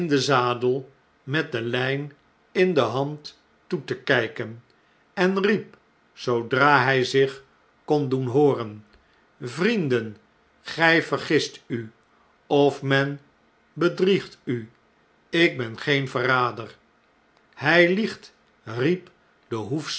zadel met de ljjn in de hand toe te kjjken en riep zoodra hjj zich kon doen hooren vrienden gij vergist u of men bedriegtu ik ben geen verrader hij liegt riep de